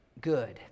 good